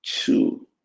two